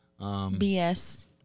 BS